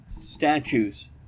statues